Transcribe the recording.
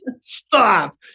Stop